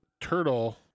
turtle